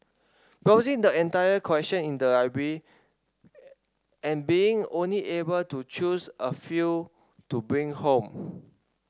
browsing the entire collection in the library and being only able to choose a few to bring home